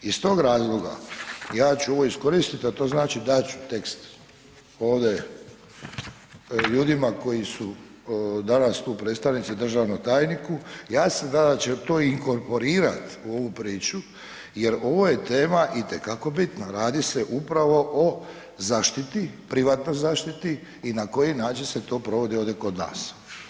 Iz tog razloga, ja ću ovo iskoristiti a to znači dat ću tekst ovdje ljudima koji su danas tu predstavnici državnom tajniku, ja se nadam da će to inkorporirati u ovu priču jer ovo je tema itekako bitna, radi se upravo o zaštiti, privatnoj zaštiti i na koji način se to provodi ovdje kod nas.